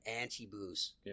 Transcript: anti-booze